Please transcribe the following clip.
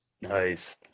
Nice